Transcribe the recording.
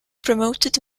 promoted